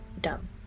dumb